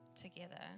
together